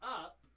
up